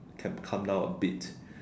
can calm down a bit